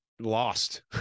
lost